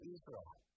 Israel